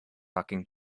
talking